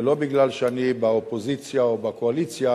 ולא מפני שאני באופוזיציה או בקואליציה,